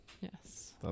Yes